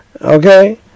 Okay